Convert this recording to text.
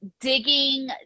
digging